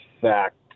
fact